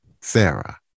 Sarah